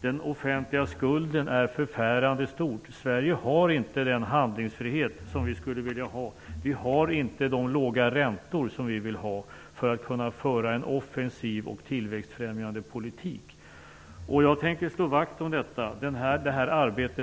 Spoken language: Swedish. den offentliga skulden är förfärande stor. Sverige har inte den handlingsfrihet som vi skulle vilja ha. Vi har inte de låga räntor som vi vill ha för att kunna föra en offensiv och tillväxtfrämjande politik. Jag tänker slå vakt om detta arbete.